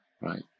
right